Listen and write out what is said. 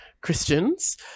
christians